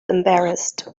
embarrassed